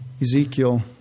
Ezekiel